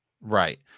right